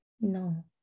No